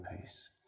peace